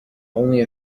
only